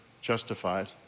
justified